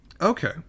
Okay